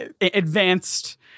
advanced